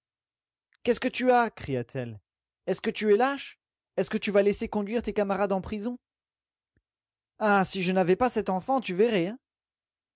qu'est-ce que tu as dis cria-t-elle est-ce que tu es lâche est-ce que tu vas laisser conduire tes camarades en prison ah si je n'avais pas cette enfant tu verrais